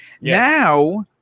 Now